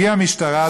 הגיעה המשטרה,